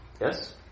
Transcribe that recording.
Yes